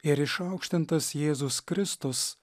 ir išaukštintas jėzus kristus